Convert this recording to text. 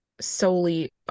solely